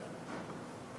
הא?